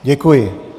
Děkuji.